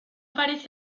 parece